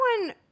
one